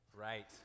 Right